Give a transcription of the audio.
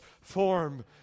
form